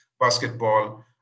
basketball